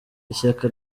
ishyaka